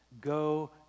Go